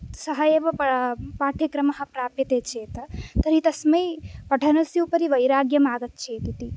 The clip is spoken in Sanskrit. सः एव पाठ्यक्रमः प्राप्यते चेत् तर्हि तस्मै पठनस्य उपरि वैराग्यमागच्छेदिति